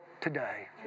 today